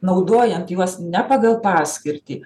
naudojant juos ne pagal paskirtį